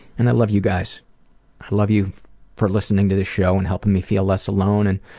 and i love you guys. i love you for listening to this show and helping me feel less alone and